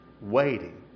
waiting